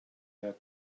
that